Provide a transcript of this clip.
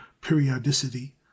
periodicity